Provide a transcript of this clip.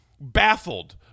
baffled